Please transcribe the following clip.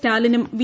സ്റ്റാലിനും V